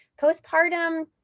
postpartum